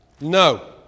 No